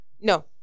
No